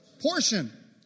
Portion